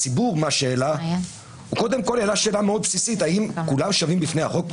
הציבור העלה שאלה מאוד בסיסית: האם כולם שווים בפני החוק במדינה?